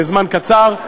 לזמן קצר,